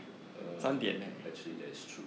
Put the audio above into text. uh actually that's true